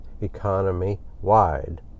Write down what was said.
economy-wide